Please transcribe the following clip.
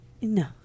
No